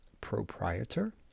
proprietor